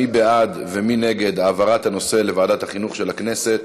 מי בעד ומי נגד העברת הנושא לוועדת החינוך של הכנסת?